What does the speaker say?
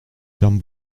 ferme